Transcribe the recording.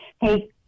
Hey